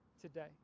today